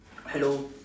hello